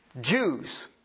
Jews